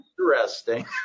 interesting